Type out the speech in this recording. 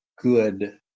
good